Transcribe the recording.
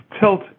tilt